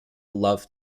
love